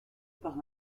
par